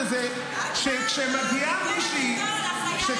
שכאשר מגיעה מישהי -- אחריך לקרב.